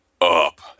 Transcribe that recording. up